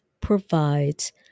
provides